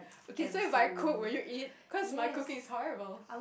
okay so if I cook will you eat cause my cooking is horrible